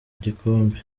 igikombe